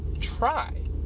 try